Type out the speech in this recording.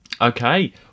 Okay